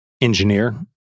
engineer